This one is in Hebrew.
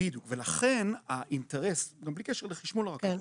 בדיוק, ולכן האינטרס, גם בלי קשר לחשמול הרכבות,